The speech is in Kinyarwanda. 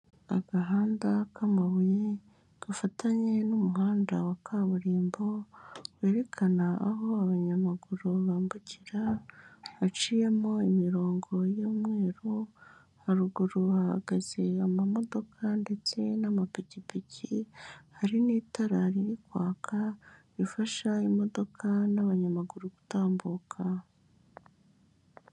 Agahanda k'amabuye, gafatanye n'umuhanda wa kaburimbo, werekana aho abanyamaguru bambukira, haciyemo imirongo y'umweru, haruguru hahagaze amamodoka ndetse n'amapikipiki, hari n'itara riri kwaka, rifasha imodoka n'abanyamaguru gutambuka.